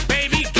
Baby